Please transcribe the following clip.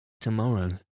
tomorrow